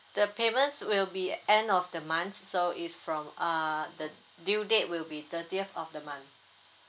the payments will be end of the month s~ so is from uh the due date will be thirtieth of the month